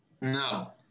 No